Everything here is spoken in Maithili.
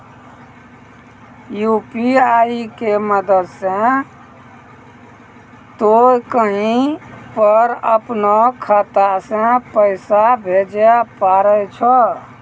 यु.पी.आई के मदद से तोय कहीं पर अपनो खाता से पैसे भेजै पारै छौ